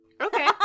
okay